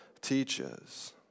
teaches